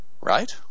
Right